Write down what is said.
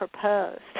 proposed